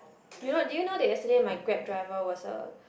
you know do you know that yesterday my Grab driver was a